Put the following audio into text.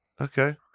Okay